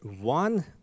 one